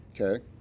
Okay